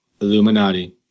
Illuminati